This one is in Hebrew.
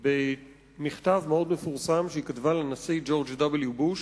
במכתב מאוד מפורסם שהיא כתבה לנשיא ג'ורג' וו.